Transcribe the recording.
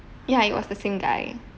ya it was the same guy